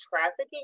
trafficking